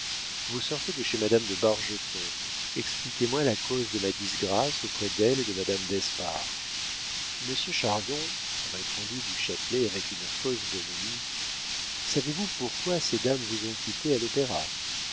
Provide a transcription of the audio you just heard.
vous sortez de chez madame de bargeton expliquez-moi la cause de ma disgrâce auprès d'elle et de madame d'espard monsieur chardon répondit du châtelet avec une fausse bonhomie savez-vous pourquoi ces dames vous ont quitté à l'opéra